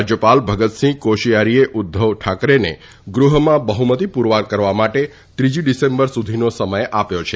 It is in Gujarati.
રાજયપાલ ભગતસિંહ કોશીયારીએ ઉધ્ધવ ઠાકરેને ગૃહમાં બહ્મતી પુરવાર કરવા માટે ત્રીજી ડિસેમ્બર સુધીનો સમય આપ્યો છે